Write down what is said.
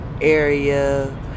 area